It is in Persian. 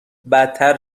بدتر